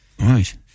Right